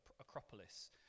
acropolis